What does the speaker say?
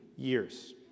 years